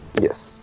Yes